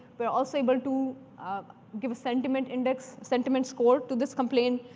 we are also able to um give a sentiment index sentiment score to this complaint.